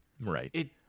Right